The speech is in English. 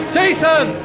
Jason